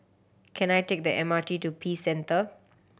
can I take the M R T to Peace Centre